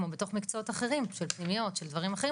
כמו בתוך מקצועות אחרים של פנימיות ושל דברים אחרים